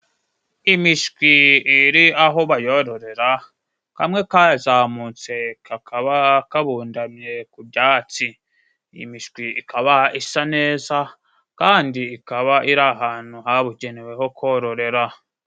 Imishwi iri aho bayora kamwe kazamutse kakaba kabundamye ku byatsi. iyi mishwi ikaba isa neza kandi ikaba iri ahantu habugewe ho kororera.